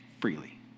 freely